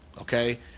okay